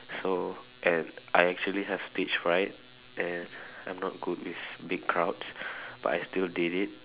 so and I actually have stage fright and I'm not good with big crowds but I still did it